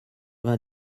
vingt